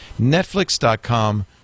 Netflix.com